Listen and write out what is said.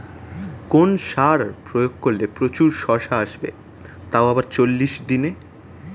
কোন সার প্রয়োগ করলে প্রচুর শশা আসবে তাও আবার চল্লিশ দিনে?